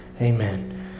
Amen